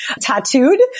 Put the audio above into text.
tattooed